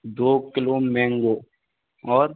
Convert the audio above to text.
दो kilo mango और